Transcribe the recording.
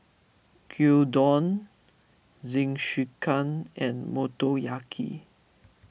Gyudon Jingisukan and Motoyaki